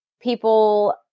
people